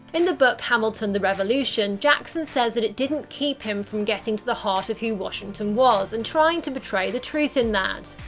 in the book hamilton the revolution, jackson says that it didn't keep him from getting to the heart of who washington was, and trying to portray the truth in that.